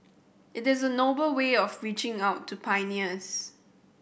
it is noble way of reaching out to pioneers